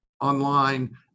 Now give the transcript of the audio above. online